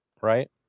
right